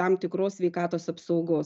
tam tikros sveikatos apsaugos